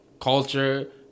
culture